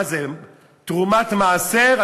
מה זה, תרומת מעשר?